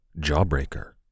Jawbreaker